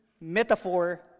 metaphor